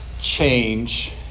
change